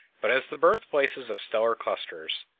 but as the birthplaces of stellar clusters,